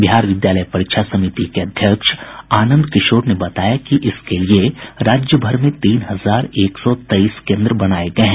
बिहार विद्यालय परीक्षा समिति के अध्यक्ष आनंद किशोर ने बताया कि इसके लिये राज्यभर में तीन हजार एक सौ तेईस केन्द्र बनाये गये हैं